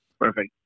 Perfect